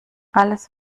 alles